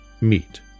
meet